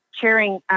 chairing